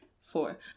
four